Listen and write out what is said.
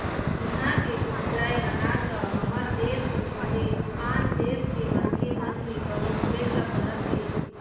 इहां के उपजाए अनाज ह हमर देस के छोड़े आन देस के मनखे मन के घलोक पेट ल भरत हे